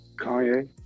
Kanye